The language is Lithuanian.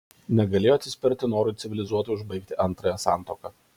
negalėjo atsispirti norui civilizuotai užbaigti antrąją santuoką